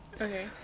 Okay